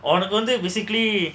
உனக்கு வந்து:uankku vandhu basically